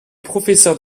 professeur